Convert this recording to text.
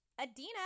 Adina